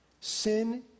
Sin